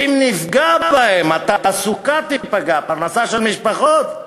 שאם נפגע בהם התעסוקה תיפגע, פרנסה של משפחות,